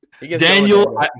Daniel